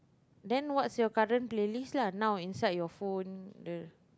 then what's you current playlist lah now inside your phone the